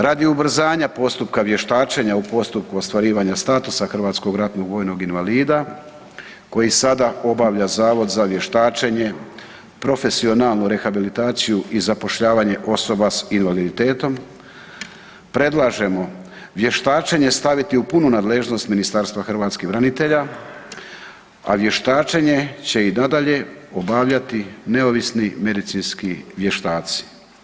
Radi ubrzanja postupka vještačenja u postupku ostvarivanja statusa hrvatskog ratnog vojnog invalida koji sada obavlja Zavod za vještačenje, profesionalnu rehabilitaciju i zapošljavanje osoba sa invaliditetom, predlažemo vještačenje staviti u punu nadležnost Ministarstva hrvatskih branitelja a vještačenje će i nadalje obavljati neovisni medicinski vještaci.